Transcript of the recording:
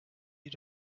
you